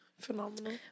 phenomenal